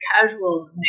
casual